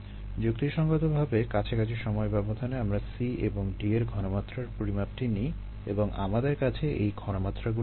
যুক্তিসঙ্গতভাবে কাছাকাছি সময় ব্যবধানে আমরা C এবং D এর ঘনমাত্রার পরিমাপটি নিই এবং আমাদের কাছে এই ঘনমাত্রাগুলো আছে